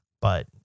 but-